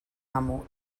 amo